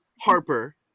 Harper